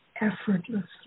effortlessly